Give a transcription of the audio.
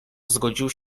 zgodził